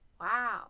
Wow